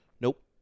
Nope